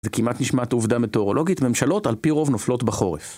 זה כמעט נשמעת עובדה מטאורולוגית, ממשלות על פי רוב נופלות בחורף.